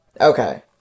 okay